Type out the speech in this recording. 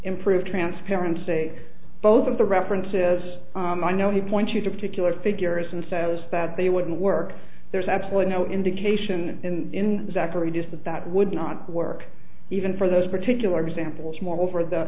improve transparency both of the references i know the point you to particular figures and says that they wouldn't work there's absolutely no indication in zachery just that that would not work even for those particular examples moreover the